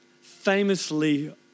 famously